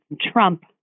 trump